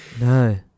No